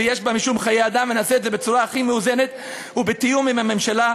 ויש בזה משום חיי אדם ונעשה את זה בצורה הכי מאוזנת ובתיאום עם הממשלה.